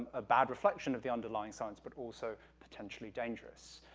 a bad reflection of the underlying science, but also potentially dangerous.